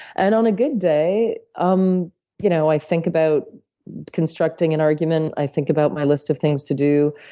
and on a good day, um you know i think about constructing an argument, i think about my list of things to do,